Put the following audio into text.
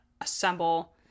assemble